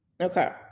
Okay